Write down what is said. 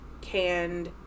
canned